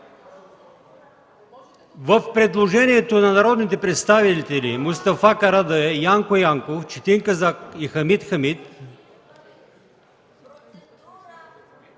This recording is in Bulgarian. в предложението на народните представители Мустафа Карадайъ, Янко Янков, Четин Казак и Хамид Хамид